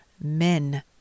men